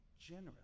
generous